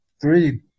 three